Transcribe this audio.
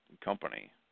company